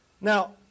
Now